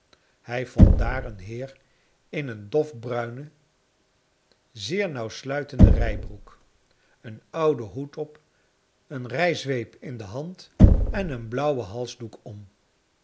hij vond daar een beer in een dofbruine zeer nauwsluitende rijbroek een ouden hoed op een rijzweep in de hand en een blauwen halsdoek om